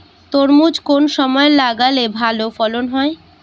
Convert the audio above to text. তরমুজ কোন সময় লাগালে ভালো ফলন হয়?